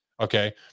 okay